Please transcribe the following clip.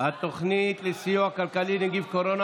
התוכנית לסיוע כלכלי (נגיף הקורונה